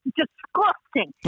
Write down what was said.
disgusting